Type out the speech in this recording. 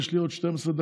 יש לי עוד 12 דקות,